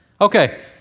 Okay